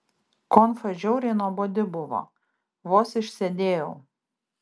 konfa žiauriai nuobodi buvo vos išsėdėjau